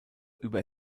über